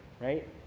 right